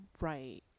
Right